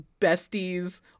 besties